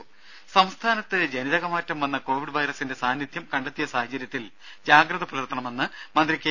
ദേദ സംസ്ഥാനത്ത് ജനിതകമാറ്റം വന്ന കൊവിഡ് വൈറസിന്റെ സാന്നിധ്യം കണ്ടെത്തിയ സാഹചര്യത്തിൽ ജാഗ്രത പുലർത്തണമെന്ന് മന്ത്രി കെ